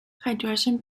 hydrogen